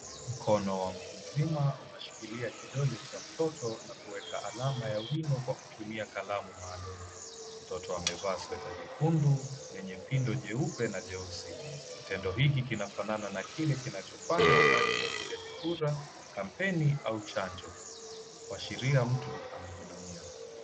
Mkono wa mtu mzima unashikilia kidole cha mtoto na kuweka alama ya wino kwa kutumia kalamu maalum. Mtoto amevaa sweta jekundu lenye pindu jeupe na jeusi. Kitendo hiki kinafanana na kile kinachofanywa wa kura, kampeni au chanjo, kuashiria mtu amehudumiwa.